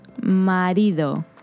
Marido